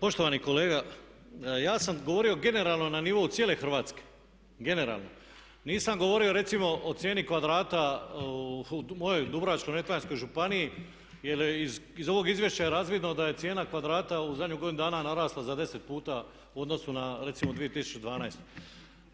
Poštovani kolega ja sam govorio generalno na nivou cijele Hrvatske, nisam govorio recimo o cijeni kvadrata u mojoj Dubrovačko-neretvanskoj županiji jer iz ovog izvješća je razvidno da je cijena kvadrata u zadnjih godinu dana narasla za 10 puta u odnosu na recimo 2012.